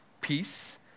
peace